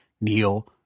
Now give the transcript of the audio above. Neil